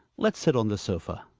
let's sit on the sofa.